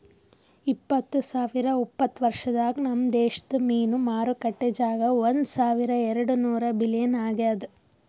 ಇಪ್ಪತ್ತು ಸಾವಿರ ಉಪತ್ತ ವರ್ಷದಾಗ್ ನಮ್ ದೇಶದ್ ಮೀನು ಮಾರುಕಟ್ಟೆ ಜಾಗ ಒಂದ್ ಸಾವಿರ ಎರಡು ನೂರ ಬಿಲಿಯನ್ ಆಗ್ಯದ್